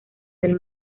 del